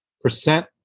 Percent